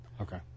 Okay